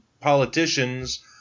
politicians